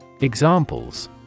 Examples